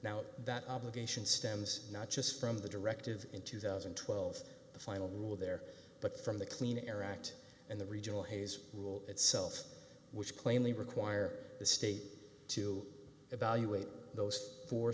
now that obligation stems not just from the directive in two thousand and twelve the final rule there but from the clean air act and the regional hayes rule itself which plainly require the state to evaluate those fo